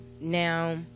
Now